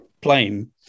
plane